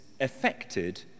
affected